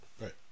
Right